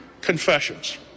confessions